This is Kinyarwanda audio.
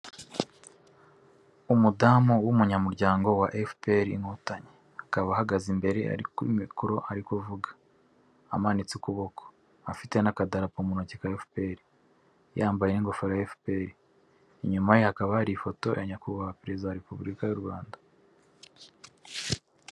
Umudamu w'umunyamuryango wa FPR inkotanyi, akaba ahagaze imbere, ari kuri mikoro ari kuvuga amanitse ukuboko afite n'akadarapo mu ntoki ka FPR yambaye ingofero ya FPR, inyuma hakaba hari ifoto ya Nyakubahwa Perezida wa Repuburika y'u Rwanda.